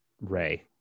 Ray